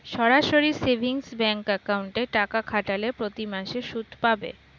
সরাসরি savings bank অ্যাকাউন্টে টাকা খাটালে প্রতিমাসে সুদ পাবে